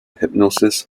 hypnosis